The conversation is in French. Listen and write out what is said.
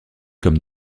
comme